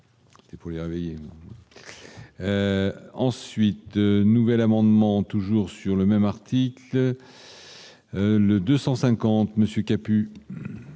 Et pour y arriver. Ensuite, nouvel amendement toujours sur le même article. Le 250 Monsieur pu.